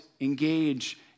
engage